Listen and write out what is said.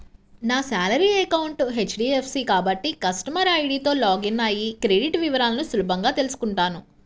నా salary account HDFC కాబట్టి customer ఐడీతో లాగిన్ అయ్యి క్రెడిట్ వివరాలను సులభంగా తెల్సుకుంటాను